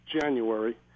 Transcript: January